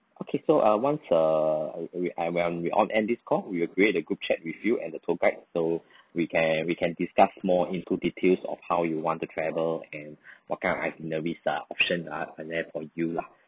okay so uh once err we we I'm when we end this call we will create a group chat with you and the tour guide so we can we can discuss more into details of how you want to travel and what kind of itinerary ah option for you lah